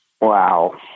Wow